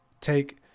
take